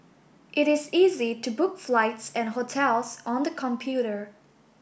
it is easy to book flights and hotels on the computer